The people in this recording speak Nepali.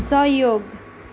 सहयोग